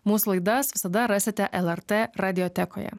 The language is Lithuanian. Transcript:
mūsų laidas visada rasite lrt radiotekoje